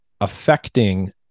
affecting